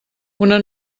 una